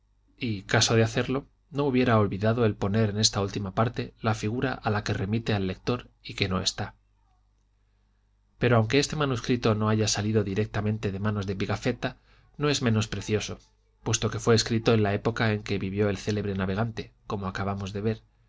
y caso de hacerlo no hubiera olvidado el poner en esta última parte la figura a la que remite al lector y que no está xxvi pero aunque este manuscrito no haya salido directamente de manos de pigafetta no es menos precioso puesto que fué escrito en la época en que vivió el célebre navegante como acabamos de ver